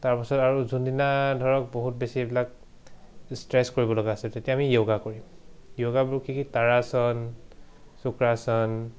তাৰপাছত আৰু যোনদিনা ধৰক বহুত বেছি এইবিলাক ষ্ট্ৰেট্ছ কৰিব লগা আছে তেতিয়া আমি য়োগা কৰিম য়োগাবোৰ কি তাৰাসন শুক্ৰাসন